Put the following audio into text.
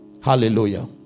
Hallelujah